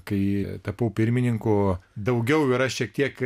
kai tapau pirmininku daugiau yra šiek tiek